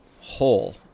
whole